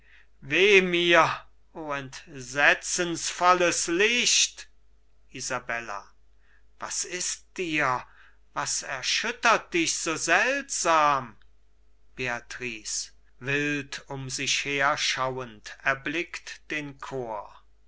o entsetzensvolles licht isabella was ist dir was erschüttert dich so seltsam beatrice wild um sich her schauend erblickt den chor